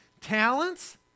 talents